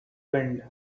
wind